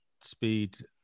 speed